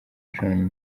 john